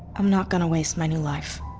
i'm not going to waste my new life